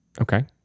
Okay